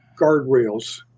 guardrails